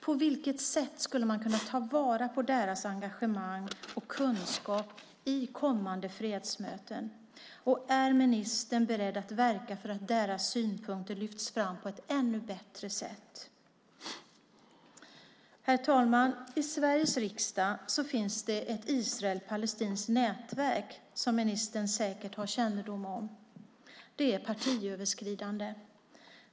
På vilket sätt skulle man kunna ta vara på deras engagemang och kunskap i kommande fredsmöten? Är ministern beredd att verka för att deras synpunkter lyfts fram på ett ännu bättre sätt? Herr talman! I Sveriges riksdag finns ett Israel-palestinskt nätverk, som ministern säkert har kännedom om. Det är partiöverskridande.